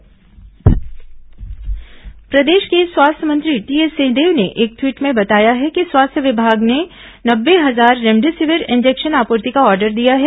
remdesivir injection प्रदेश के स्वास्थ्य मंत्री टीएस सिंहदेव ने एक ट्वीट में बताया है कि स्वास्थ्य विभाग ने नब्बे हजार रेमडेसिविर इंजेक्शन आपूर्ति का ऑर्डर दिया है